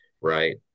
right